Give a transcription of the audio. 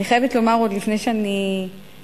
אני חייבת לומר, עוד לפני שאני מתייחסת,